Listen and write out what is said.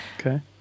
Okay